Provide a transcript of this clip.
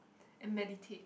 and meditate